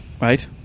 Right